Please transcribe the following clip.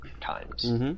times